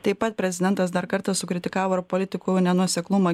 taip pat prezidentas dar kartą sukritikavo ir politikų nenuoseklumą